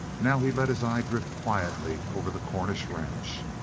now he let his eye drift quietly over the cornish ranch.